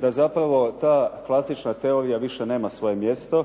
da zapravo ta klasična teorija više nema svoje mjesto